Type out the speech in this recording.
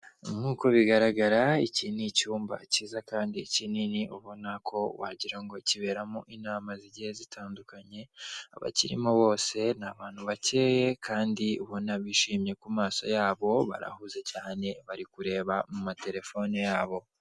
Nk' uko bigaragara iki ni icyumba kiza kandi kinini ubona ko wagirango kiberamo inama zigiye zitandukanye, abakirimo bose ni abantu bakeye kandi ubona bishimye ku maso yabo barahuze cyane bari kureba mu materefone yabo.